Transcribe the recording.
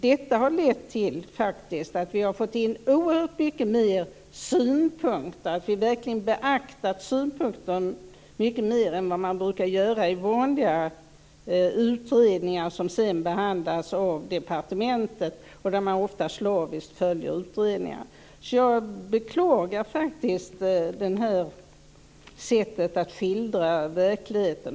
Detta har faktiskt lett till att vi har fått in oerhört många fler synpunkter och att vi verkligen beaktat dem mycket mer än vad man brukar göra i vanliga utredningar som sedan behandlas av departementen. Där följer man oftast slaviskt utredningarna. Jag beklagar faktiskt det här sättet att skildra verkligheten.